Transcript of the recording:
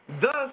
Thus